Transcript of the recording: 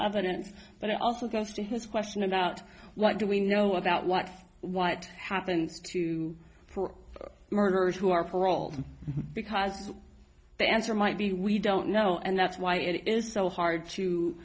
minutes but it also goes to his question about what do we know about what what happened to poor murderers who are paroled because the answer might be we don't know and that's why it is so hard to